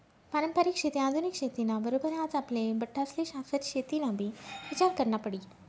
पारंपरिक शेती आधुनिक शेती ना बरोबर आज आपले बठ्ठास्ले शाश्वत शेतीनाबी ईचार करना पडी